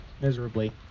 miserably